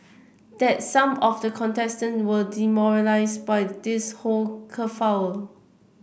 that some of the contestant were demoralised by this whole kerfuffle